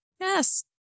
yes